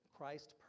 Christ